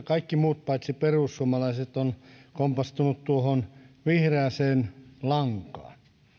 kaikki muut paitsi perussuomalaiset ovat kompastuneet tuohon vihreään lankaan